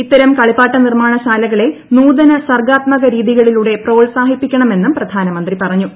ഇത്തരം കളിപ്പാട്ടനിർമാണ ശാലകളെ നൂതന്റ ്സർഗാത്മക രീതികളിലൂടെ പ്രോത്സാഹിപ്പിക്കണമെന്നും പ്രധാനമന്ത്രി പറഞ്ഞു